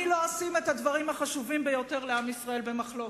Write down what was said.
אני לא אשים את הדברים החשובים ביותר לעם ישראל במחלוקת.